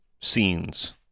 scenes